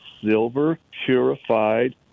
silver-purified